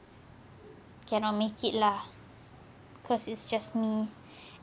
cannot make it lah cause it's just me